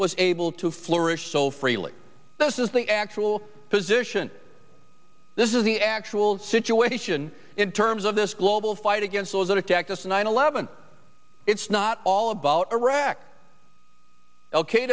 was able to flourish so freely this is the actual position this is the actual situation in terms of this global fight against those that attacked us on nine eleven it's not all of iraq